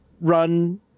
run